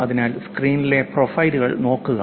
അതിനാൽ സ്ക്രീനിലെ പ്രൊഫൈലുകൾ നോക്കുക